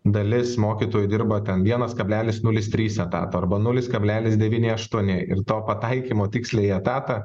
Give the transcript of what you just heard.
dalis mokytojų dirba ten vienas kablelis nulis trys etato arba nulis kablelis devyni aštuoni ir to pataikymo tiksliai į etatą